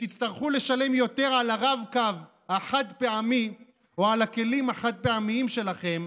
כשתצטרכו לשלם יותר על הרב-קו החד-פעמי או על הכלים חד-פעמיים שלכם,